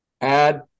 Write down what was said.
add